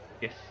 Yes